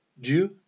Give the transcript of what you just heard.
Dieu